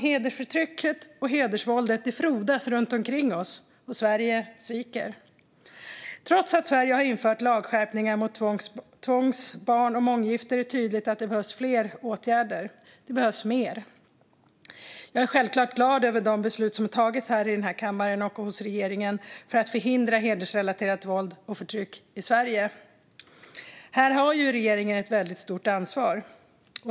Hedersförtrycket och hedersvåldet frodas runt omkring oss, och Sverige sviker. Trots att Sverige har infört lagskärpningar mot tvångs, barn och månggifte är det tydligt att det behövs fler åtgärder. Jag är självklart glad över de beslut som har tagits här i kammaren och hos regeringen för att förhindra hedersrelaterat våld och förtryck i Sverige. Här har regeringen ett väldigt stort ansvar.